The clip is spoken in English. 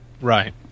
Right